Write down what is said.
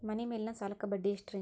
ಮನಿ ಮೇಲಿನ ಸಾಲಕ್ಕ ಬಡ್ಡಿ ಎಷ್ಟ್ರಿ?